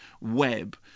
web